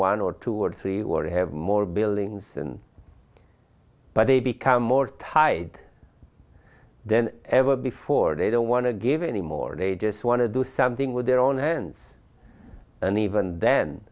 one or two or three were to have more buildings and but they become more tied then ever before they don't want to give any more they just want to do something with their own hands and even then